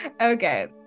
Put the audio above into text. Okay